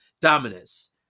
Dominus